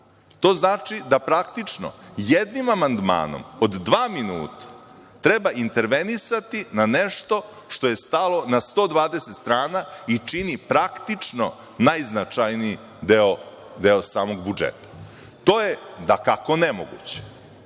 to znači da praktično jednim amandmanom od dva minuta treba intervenisati na nešto što je stalo na 120 strana i čini praktično najznačajniji deo samog budžeta. To je dakako nemoguće. Ja